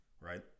Right